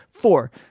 Four